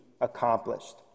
accomplished